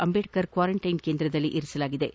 ಅಂದೇಡ್ನರ್ quarantine ಕೇಂದ್ರದಲ್ಲಿ ಇರಿಸಲಾಗಿದ್ದು